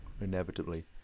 inevitably